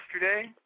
yesterday